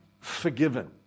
forgiven